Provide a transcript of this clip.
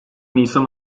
nisan